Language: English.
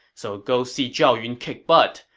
so go see zhao yun kick butt.